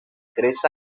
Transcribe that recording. tres